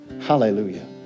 Hallelujah